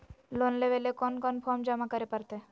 Loan लेवे ले कोन कोन फॉर्म जमा करे परते?